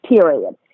period